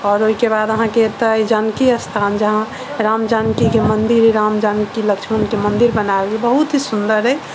आओर ओहिके बाद अहाँके एतऽ अछि जानकी स्थान जहाँ राम जानकी के मन्दिर राम जानकी लक्ष्मण के मन्दिर बनायल गेल बहुत ही सुन्दर अछि